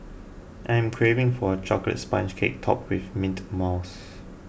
I am craving for a Chocolate Sponge Cake Topped with Mint Mousse